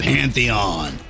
Pantheon